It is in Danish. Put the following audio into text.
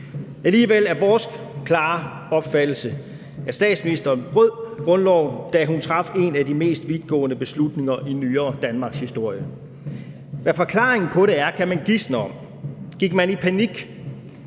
Alligevel er vores klare opfattelse den, at statsministeren brød grundloven, da hun traf en af de mest vidtgående beslutninger i nyere danmarkshistorie. Hvad forklaringen på det er, kan man gisne om. Gik man i panik?